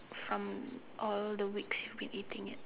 from all the weeks you have been eating it